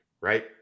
right